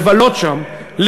לבלות שם,